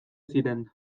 ziren